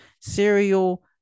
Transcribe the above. Cereal